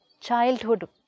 childhood